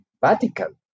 Vatican